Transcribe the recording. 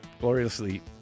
gloriously